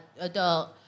adult